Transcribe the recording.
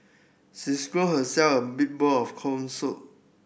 she scooped herself a big bowl of corn soup